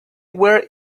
were